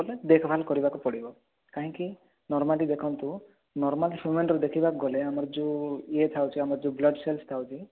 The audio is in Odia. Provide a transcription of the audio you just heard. ବଲେ ଦେଖ୍ ଭାଲ୍ କରିବାକୁ ପଡ଼ିବ କାହିଁକି ନର୍ମାଲି ଦେଖନ୍ତୁ ନର୍ମାଲି ଦେଖିବାକୁ ଗଲେ ଆମର ଯୋଉ ଇଏ ଥାଉଛି ଯୋଉ ବ୍ଲଡ଼୍ ସେଲ୍ ଥାଉଛି